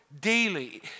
daily